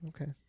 okay